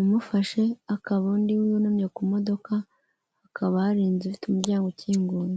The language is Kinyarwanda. umufashe, hakaba undi wunamye ku modoka hakaba hari inze ifite umuryango ukinguye.